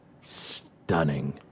Stunning